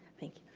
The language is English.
thank you.